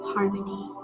Harmony